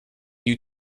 due